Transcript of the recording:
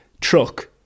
truck